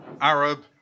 Arab